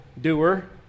doer